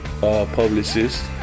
publicist